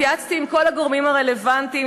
התייעצתי עם כל הגורמים הרלוונטיים,